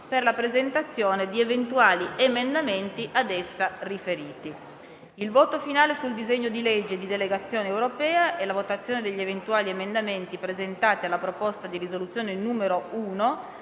per la presentazione di eventuali emendamenti ad essa riferiti. Il voto finale sul disegno di legge di delegazione europea, la votazione degli eventuali emendamenti presentati alla proposta di risoluzione n. 1,